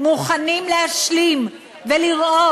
מוכנים להשלים ולראות?